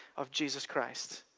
of jesus christ.